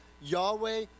Yahweh